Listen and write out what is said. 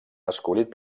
escollit